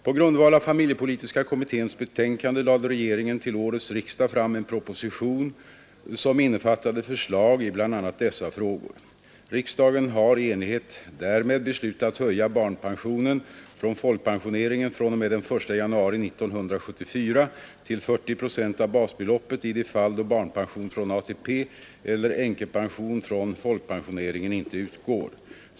På grundval av familjepolitiska kommitténs betänkande lade regeringen till årets riksdag fram en proposition som innefattade förslag i bl.a. dessa frågor. Riksdagen har i enlighet därmed beslutat höja barnpensionen från folkpensioneringen fr.o.m. den 1 januari 1974 till 40 procent av basbeloppet i de fall då barnpension från ATP eller änkepension från folkpensioneringen inte utgår.